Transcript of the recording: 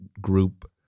group